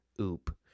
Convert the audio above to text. oop